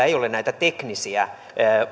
ei ole teknisiä